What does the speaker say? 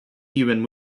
human